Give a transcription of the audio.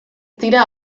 dira